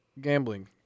gambling